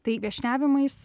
tai viešniavimais